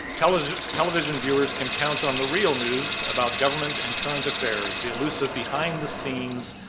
television television viewers can count on the real news about government and current affairs, the elusive behind the scenes,